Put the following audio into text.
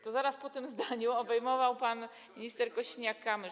to zaraz po tym zdaniu obejmował pan minister Kosiniak-Kamysz.